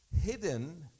Hidden